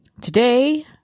today